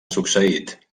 succeït